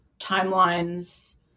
timelines